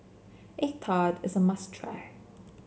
egg tart is a must try